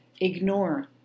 ignore